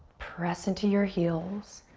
press into your heels.